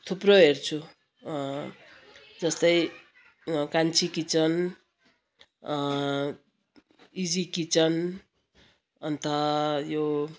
थुप्रो हेर्छु जस्तै कान्छी किचन इजी किचन अन्त यो